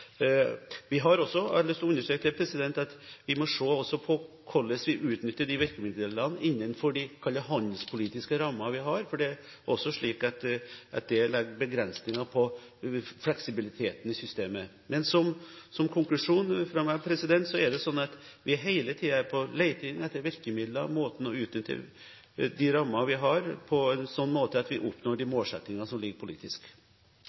har lyst til å understreke at vi også må se på hvordan vi utnytter disse virkemidlene innenfor de handelspolitiske rammene vi har, for dette legger også begrensninger på fleksibiliteten i systemet. Min konklusjon er at vi hele tiden er på leting etter virkemidler, måten å utnytte de rammene vi har, på en slik måte at vi når de målsettingene som ligger politisk.